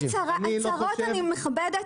הצהרות אני מכבדת,